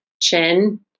chin